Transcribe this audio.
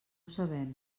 sabem